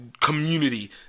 community